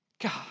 God